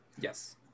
Yes